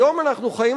היום אנחנו חיים,